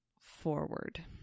forward